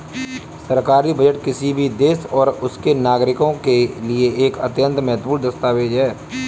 सरकारी बजट किसी भी देश और उसके नागरिकों के लिए एक अत्यंत महत्वपूर्ण दस्तावेज है